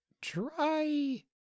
try